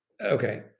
Okay